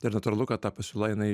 tai ir natūralu kad ta pasiūla jinai